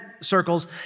circles